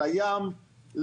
לים,